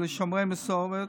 אלא שומרי מסורת